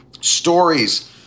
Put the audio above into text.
Stories